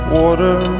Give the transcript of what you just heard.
water